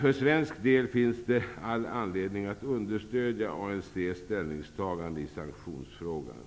För svensk del finns det all anledning att understödja ANC:s ställningstagande i sanktionsfrågan.